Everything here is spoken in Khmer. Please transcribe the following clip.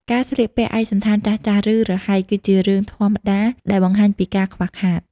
ការស្លៀកពាក់ឯកសណ្ឋានចាស់ៗ ឬរហែក គឺជារឿងធម្មតា ដែលបង្ហាញពីការខ្វះខាត។